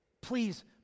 Please